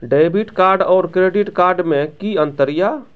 Debit card और credit card मे कि अंतर या?